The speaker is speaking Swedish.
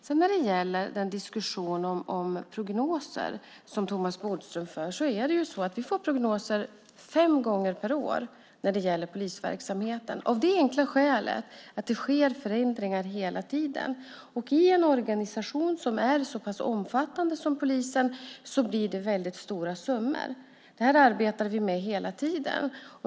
Thomas Bodström för en diskussion om prognoser. Vi får prognoser fem gånger per år när det gäller polisverksamheten, av det enkla skälet att det sker förändringar hela tiden. I en organisation som är så pass omfattande som polisen blir det väldigt stora summor. Det här arbetar vi med hela tiden.